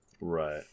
Right